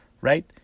right